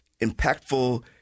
impactful